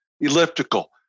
elliptical